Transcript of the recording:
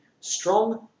strong